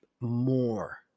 more